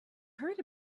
heard